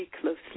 closely